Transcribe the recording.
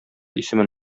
исемен